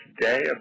today